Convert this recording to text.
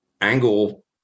angle